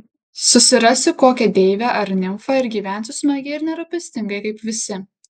susirasiu kokią deivę ar nimfą ir gyvensiu smagiai ir nerūpestingai kaip visi